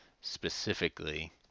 specifically